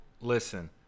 Listen